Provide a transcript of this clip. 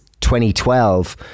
2012